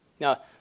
Now